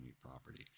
property